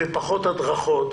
ופחות הדרכות,